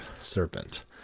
serpent